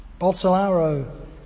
Bolsonaro